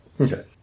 Okay